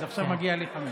אז עכשיו מגיע לי חמש.